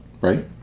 right